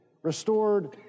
Restored